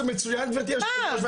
זה מצויין גברתי יושבת הראש,